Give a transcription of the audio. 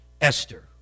Esther